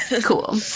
cool